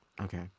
okay